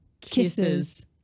kisses